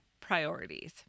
priorities